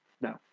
No